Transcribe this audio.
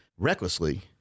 recklessly